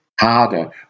harder